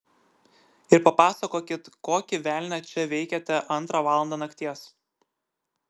ir papasakokit kokį velnią čia veikiate antrą valandą nakties